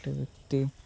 ଗୋଟେ ବ୍ୟକ୍ତି